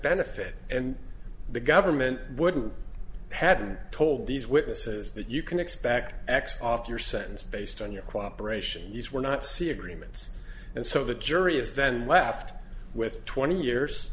benefit and the government wouldn't have been told these witnesses that you can expect x off your sentence based on your cooperation these were not c agreements and so the jury is then left with twenty years